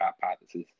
hypothesis